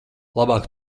labāk